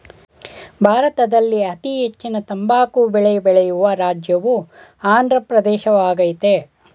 ಭಾರತದಲ್ಲಿ ಅತೀ ಹೆಚ್ಚಿನ ತಂಬಾಕು ಬೆಳೆ ಬೆಳೆಯುವ ರಾಜ್ಯವು ಆಂದ್ರ ಪ್ರದೇಶವಾಗಯ್ತೆ